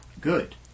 good